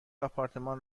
آپارتمان